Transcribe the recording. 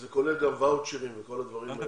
שזה כולל גם ואוצ'רים וכל הדברים האלה -- כן,